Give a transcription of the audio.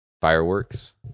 fireworks